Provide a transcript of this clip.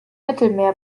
mittelmeer